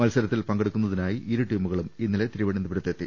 മത്സരത്തിൽ പങ്കെടുക്കുന്നതിനായി ഇരുടീമുകളും ഇന്നലെ തിരുവനന്തപുരത്ത് എത്തി